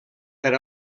per